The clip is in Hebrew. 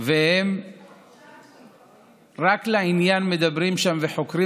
והם מדברים שם רק לעניין וחוקרים